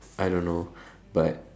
I don't know but